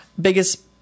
biggest